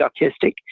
autistic